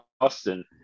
austin